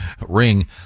ring